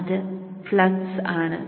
അത് ഫ്ലക്സ് ആണ്